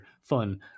fun